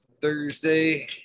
Thursday